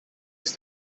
ist